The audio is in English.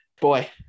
Boy